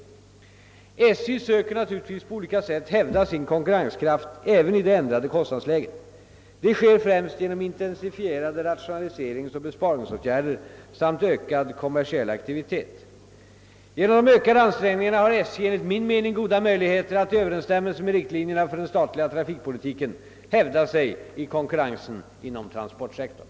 SJ söker naturligtvis på olika sätt hävda sin konkurrenskraft även i det ändrade kostnadsläget. Det sker främst genom intensifierade rationaliserings och besparingsåtgärder samt ökad kommersiell aktivitet. Genom de ökade ansträngningarna har SJ enligt min mening goda möjligheter att i Ööverensstämmelse med riktlinjerna för den statliga trafikpolitiken hävda sig i konkurrensen inom transportsektorn.